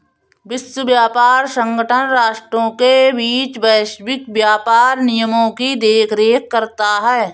विश्व व्यापार संगठन राष्ट्रों के बीच वैश्विक व्यापार नियमों की देखरेख करता है